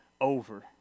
over